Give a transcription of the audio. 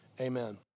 amen